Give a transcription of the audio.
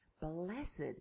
blessed